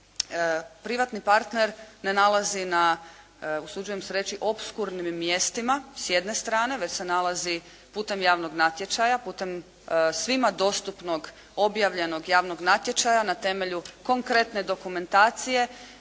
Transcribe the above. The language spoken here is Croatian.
privatni partner ne nalazi na, usuđujem se reći na opskurnim mjestima, s jedne strane, već se nalazi putem javnog natječaja, putem svima dostupnog objavljenog javnog natječaja na temelju konkretne dokumentacije,